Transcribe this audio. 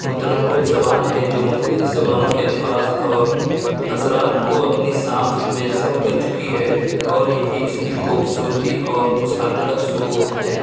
متنوع زبان ہے جو مختلف زبانوں کے الفاظ اور اثرات کو اپنی ساخت میں ضم کر چکی ہے اور یہی اس کی خوبصورتی اور وسعت کا ثبوت ہے